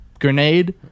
Grenade